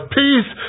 peace